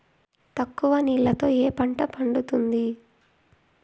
తక్కువ నీళ్లతో ఏ పంట పండుతుంది?